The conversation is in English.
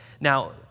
Now